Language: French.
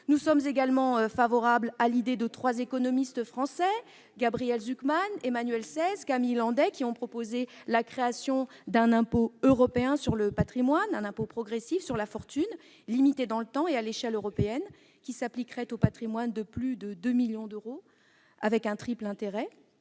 Nous sommes favorables à l'idée de trois économistes français, Gabriel Zucman, Emmanuel Saez et Camille Landais, qui ont proposé la création d'un impôt européen sur le patrimoine. Cet impôt progressif sur la fortune, qui serait limité dans le temps et à l'échelle européenne, s'appliquerait aux patrimoines de plus de 2 millions d'euros. Ben voyons